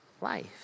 life